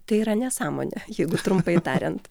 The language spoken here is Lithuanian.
tai yra nesąmonė jeigu trumpai tariant